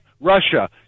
Russia